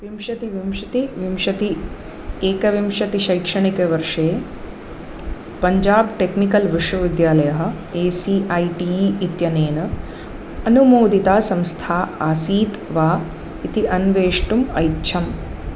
विंशतिः विंशतिः विंशतिः एकविंशतिशैक्षणिकवर्षे पञ्जाब् टेक्निकल् विश्वविद्यालयः A C I T E इत्यनेन अनुमोदिता संस्था आसीत् वा इति अन्वेष्टुम् ऐच्छम्